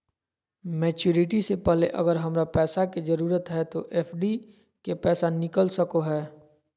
Maturity से पहले अगर हमरा पैसा के जरूरत है तो एफडी के पैसा निकल सको है?